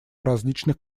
различных